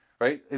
Right